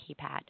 keypad